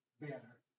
better